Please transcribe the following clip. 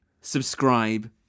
subscribe